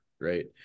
right